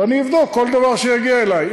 ואבדוק כל דבר שיגיע אלי.